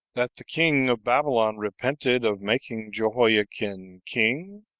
that the king of babylon repented of making jehoiachin king,